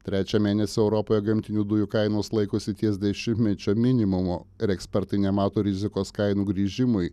trečią mėnesį europoje gamtinių dujų kainos laikosi ties dešimtmečio minimumu ir ekspertai nemato rizikos kainų grįžimui